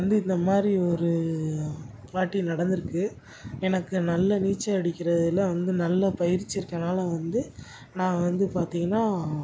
வந்து இந்த மாதிரி ஒரு வாட்டி நடந்துருக்கு எனக்கு நல்ல நீச்சல் அடிக்கிறதுல வந்து நல்ல பயிற்சி இருக்கனால வந்து நான் வந்து பார்த்திங்கன்னா